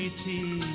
to